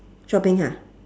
shopping ha